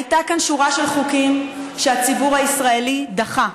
הייתה כאן שורה של חוקים שהציבור הישראלי דחה,